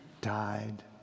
died